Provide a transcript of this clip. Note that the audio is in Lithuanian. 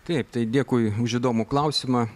taip tai dėkui už įdomų klausimą